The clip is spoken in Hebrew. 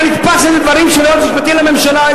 אתה נתפס לדברים שהיועץ המשפטי לממשלה,